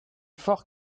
fort